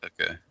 Okay